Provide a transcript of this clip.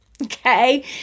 okay